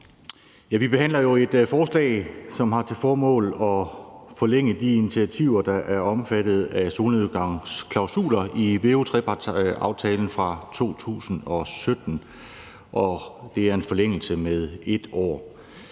Vi behandler jo et forslag, som har til formål at forlænge de initiativer, som er omfattet af solnedgangsklausuler i veu-trepartsaftalen fra 2017, og det er en forlængelse med 1 år.